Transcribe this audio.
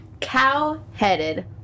cow-headed